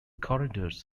corridors